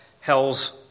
hell's